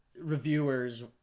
reviewers